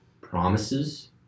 promises